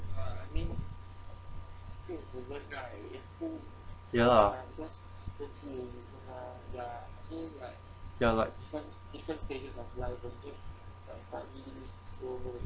ya lah ya like